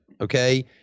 Okay